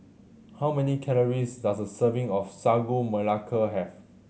how many calories does a serving of Sagu Melaka have